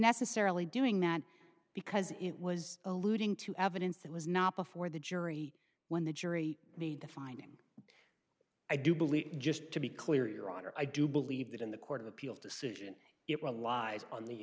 necessarily doing that because it was alluding to evidence that was not before the jury when the jury need to find him i do believe just to be clear your honor i do believe that in the court of appeals decision it will live on the